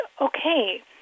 okay